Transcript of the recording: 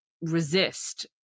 resist